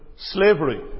Slavery